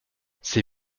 ces